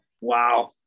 Wow